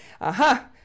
aha